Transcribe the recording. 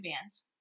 bands